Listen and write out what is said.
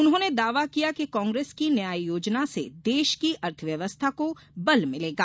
उन्होंने दावा किया कि कांग्रेस की न्याय योजना से देश की अर्थ व्यवस्था को बल मिलेगा